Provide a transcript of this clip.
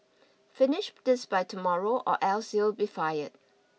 finish this by tomorrow or else you'll be fired